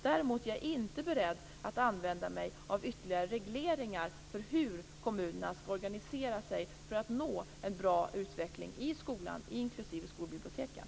Däremot är jag inte beredd att använda mig av ytterligare regleringar av hur kommunerna skall organisera sig för att nå en bra utveckling i skolan